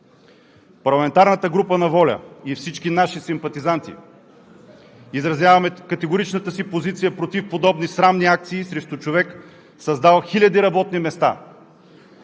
Парламентарната група на ВОЛЯ и всички наши симпатизанти изразяваме категоричната си позиция против подобни срамни акции срещу човек, създал хиляди работни места,